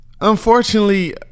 Unfortunately